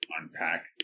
unpack